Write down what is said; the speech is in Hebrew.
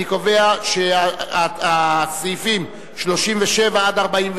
אני קובע שסעיפים 37 46,